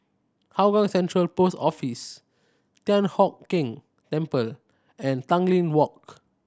Hougang Central Post Office Thian Hock Keng Temple and Tanglin Walk